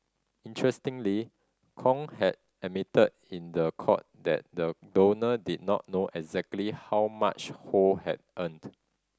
interestingly Kong had admitted in the court that the donor did not know exactly how much Ho had earned